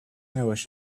wish